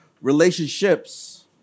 relationships